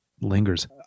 lingers